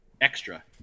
extra